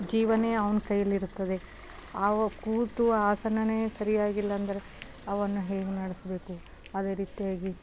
ಜೀವನೇ ಅವ್ನ ಕೈಯ್ಯಲ್ಲಿರುತ್ತದೆ ಅವ ಕೂತು ಆಸನನೇ ಸರಿಯಾಗಿಲ್ಲಂದ್ರೆ ಅವನು ಹೆಂಗೆ ನಡೆಸಬೇಕು ಅದೇ ರೀತಿಯಾಗಿ